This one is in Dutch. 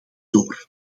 door